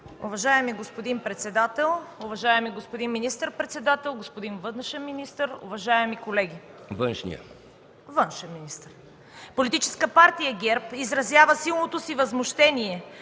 Уважаеми господин председател, уважаеми господин министър-председател, господин външен министър, уважаеми колеги! Политическа партия ГЕРБ изразява силното си възмущение